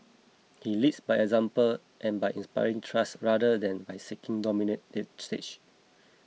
he leads by example and by inspiring trust rather than by seeking to dominate the stage